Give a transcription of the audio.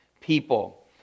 people